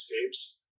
escapes